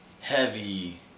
heavy